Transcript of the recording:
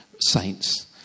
saints